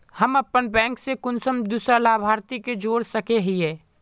हम अपन बैंक से कुंसम दूसरा लाभारती के जोड़ सके हिय?